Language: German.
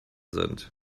sind